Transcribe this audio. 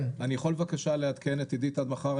אני יכול בבקשה לעדכן את עידית עד מחר?